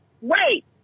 Wait